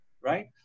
Right